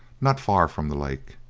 not far from the lake,